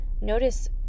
Notice